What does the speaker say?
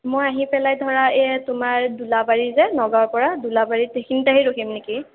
মই আহি পেলাই ধৰা এই তোমাৰ দোলাবাৰী যে নগাঁৱৰ পৰা দোলাবাৰীত সেইখিনিত আহি ৰখিম নেকি